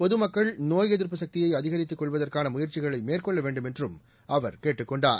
பொதுமக்கள் நோய் எதிர்ப்பு சக்தியை அதிகரித்துக் கொள்வதற்கான முயற்சிகளை மேற்கொள்ள வேண்டும் என்றும் அவர் கேட்டுக் கொண்டார்